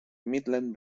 midland